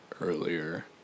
earlier